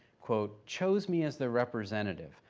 quote, chose me as their representative.